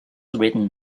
written